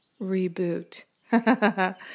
reboot